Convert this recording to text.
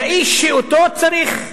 כאיש שאותו צריך לתקוף.